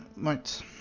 Right